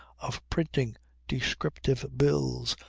of printing descriptive bills,